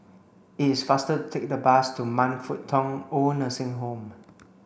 it's faster take the bus to Man Fut Tong Old Nursing Home